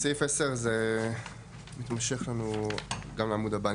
סעיף 10 זה מתמשך לנו גם לעמוד הבא.